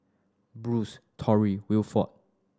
Bruce Tory Wilford